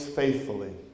faithfully